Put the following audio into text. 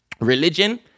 religion